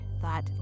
thought